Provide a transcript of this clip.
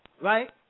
right